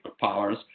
powers